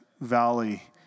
valley